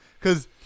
Cause